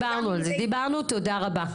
דיברנו על זה, תודה רבה.